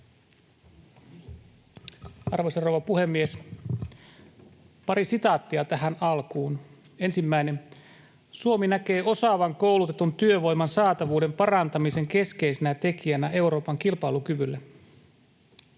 Arvoisa rouva puhemies! Pari sitaattia tähän alkuun. Ensimmäinen: ”Suomi näkee osaavan koulutetun työvoiman saatavuuden parantamisen keskeisenä tekijänä Euroopan kilpailukyvylle.”